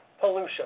pollution